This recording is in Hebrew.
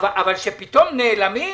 אבל כאשר פתאום נעלמים,